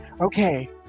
Okay